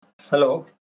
Hello